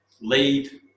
lead